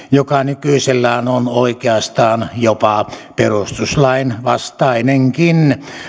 joka nykyisellään on oikeastaan jopa perustuslain vastainenkin